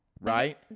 Right